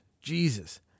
Jesus